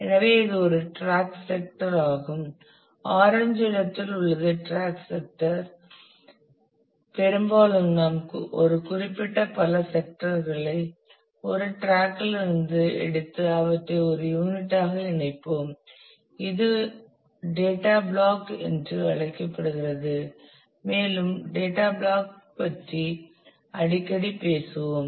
எனவே இது ஒரு டிராக் செக்டர் ஆகும் ஆரஞ்சு இடத்தில் உள்ளது டிராக் செக்டர் பெரும்பாலும் நாம் ஒரு குறிப்பிட்ட பல செக்டர்களை ஒரு டிராக் இல் இருந்து எடுத்து அவற்றை ஒரு யூனிட் ஆக இணைப்போம் இது டேட்டா பிளாக் என்று அழைக்கப்படுகிறது மேலும் டேட்டா பிளாக் பற்றி அடிக்கடி பேசுவோம்